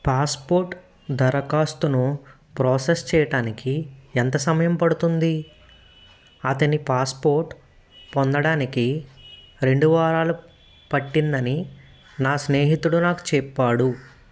passport దరఖాస్తును process చేయటానికి ఎంత సమయం పడుతుంది అతని పాస్పోర్ట్ పొందడానికి రెండు వారాలు పట్టిందని నా స్నేహితుడు నాకు చెప్పాడు